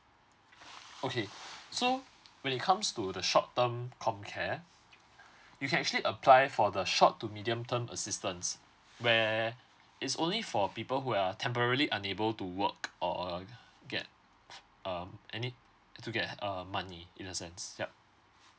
okay so when it comes to the short term comcare you can actually apply for the short to medium term assistance where it's only for people who are temporarily unable to work or uh get um any to get uh money in a sense yup